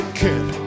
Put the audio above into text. kid